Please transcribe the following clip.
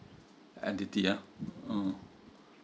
entity ya uh